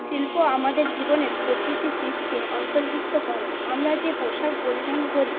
শিল্প আমাদের জীবনের প্রতিটি দিককে অন্তর্ভুক্ত করে আমরা যে পোশাক পরিধান করি